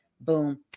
boom